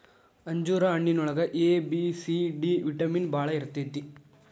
ಅಂಜೂರ ಹಣ್ಣಿನೊಳಗ A, B, C, D vitamin ಬಾಳ ಇರ್ತೈತಿ